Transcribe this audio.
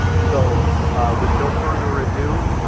so with no further ado,